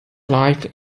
life